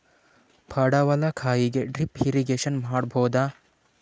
ಪಡವಲಕಾಯಿಗೆ drip irrigation ಮಾಡಬೋದ?